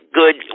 good